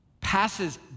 passes